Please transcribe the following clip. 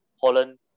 Holland